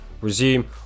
resume